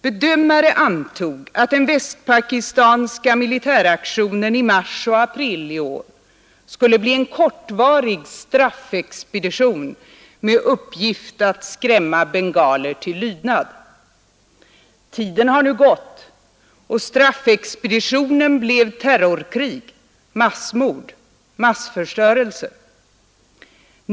Bedömare antog att den västpakistanska militäraktionen i mars och april i år skulle bli en kortvarig straffexpedition med uppgift att skrämma bengaler till lydnad. Tiden har nu gått, och staffexpeditionen blev terrorkrig, massmord, massförstörelse.